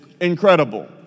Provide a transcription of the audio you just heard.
incredible